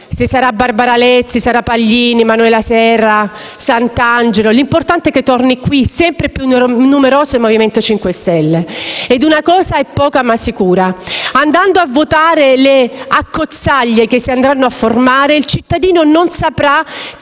se sarà Barbara Lezzi, se sarà Sara Paglini, se sarà Manuela Serra o Vincenzo Santangelo: l'importante è che torni qui sempre più numeroso il Movimento 5 Stelle. Una cosa è sicura: andando a votare le accozzaglie che si andranno a formare, il cittadino non saprà